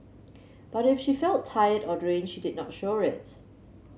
but if she felt tired or drained she did not show it